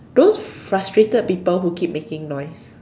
those frustrated people who keep making noise